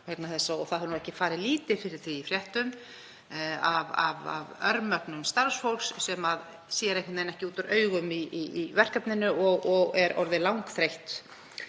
Það hefur nú ekki farið lítið fyrir fréttum af örmagna starfsfólki sem sér einhvern veginn ekki út úr augum í verkefninu og er orðið langþreytt,